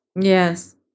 Yes